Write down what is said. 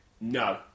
No